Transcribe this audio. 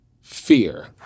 fear